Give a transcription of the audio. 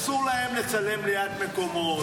אסור להם לצלם ליד מקומות,